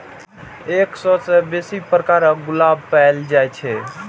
एक सय सं बेसी प्रकारक गुलाब पाएल जाए छै